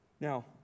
Now